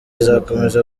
izakomeza